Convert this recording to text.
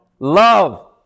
Love